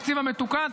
התקציב המתוקן.